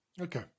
Okay